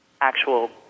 actual